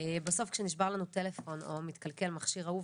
בסוף כשנשבר לנו טלפון או מתקלקל מכשיר אהוב,